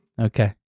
Okay